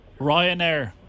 Ryanair